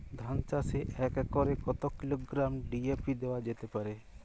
ধান চাষে এক একরে কত কিলোগ্রাম ডি.এ.পি দেওয়া যেতে পারে?